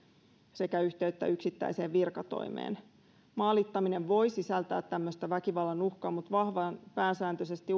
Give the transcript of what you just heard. sekä yhteyttä yksittäiseen virkatoimeen maalittaminen voi sisältää tämmöistä väkivallan uhkaa mutta pääsääntöisesti